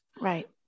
Right